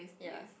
ya